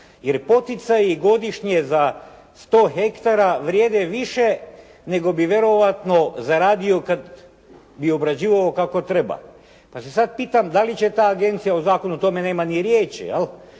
Jer poticaji godišnje za 100 hektara vrijede više nego bi vjerojatno zaradio kad bi obrađivao kako treba. Pa se sada pitam da li će ta agencija, u zakonu o tome nema ni riječi,